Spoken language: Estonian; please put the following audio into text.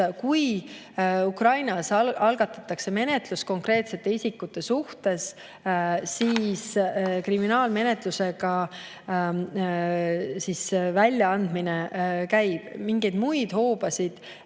Kui Ukrainas algatatakse menetlus konkreetsete isikute suhtes, siis kriminaalmenetlusega väljaandmine on võimalik. Mingeid muid hoobasid